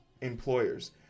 employers